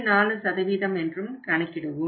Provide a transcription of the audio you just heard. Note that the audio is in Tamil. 84 என்றும் கணக்கிடுவோம்